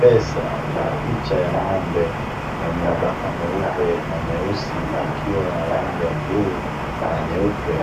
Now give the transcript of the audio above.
pesa, ina picha ya ng’ombe mwenye mabaka meupe na meusi, ikiwa na rangi ya bluu na nyeupe.